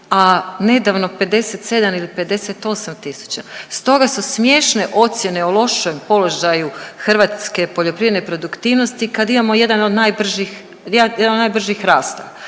a nedavno 57 ili 58 tisuća. Stoga su smiješene ocjene o lošem položaju hrvatske poljoprivredne produktivnosti kad imamo jedan od najbržih, jedan